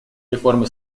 реформы